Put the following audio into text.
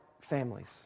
families